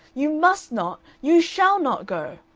you must not, you shall not go.